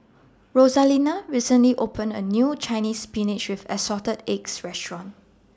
Rosalinda recently opened A New Chinese Spinach with Assorted Eggs Restaurant